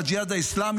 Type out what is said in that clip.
בג'יהאד האסלאמי,